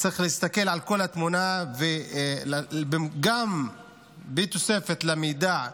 צריך להסתכל על כל התמונה, בתוספת מידע,